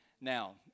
now